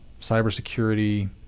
cybersecurity